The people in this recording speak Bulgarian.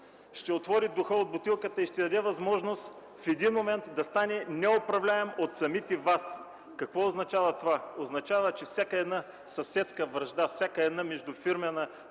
ще отвори духа от бутилката и ще даде възможност в един момент да стане неуправляем от самите Вас. Какво означава това? Означава, че всяка съседска вражда, всяка междуфирмена